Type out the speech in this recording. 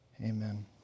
amen